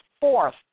fourth